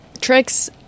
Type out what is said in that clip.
tricks